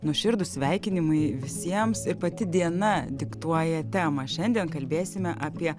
nuoširdūs sveikinimai visiems ir pati diena diktuoja temą šiandien kalbėsime apie